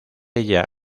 ella